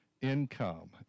income